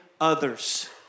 others